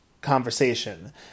conversation